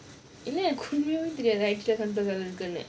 உண்மயா தெரியாது:unmya theriyaathu